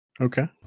Okay